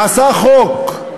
נעשה חוק,